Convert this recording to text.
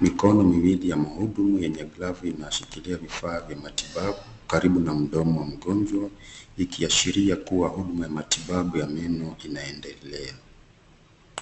Mikono miwili ya mhudumu yenye glavu inashikilia vifaa vya matibabu karibu na mdomo wa mgonjwa. Ikiashiria kuwa huduma ya matibabu ya meno inaendelea.